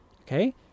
okay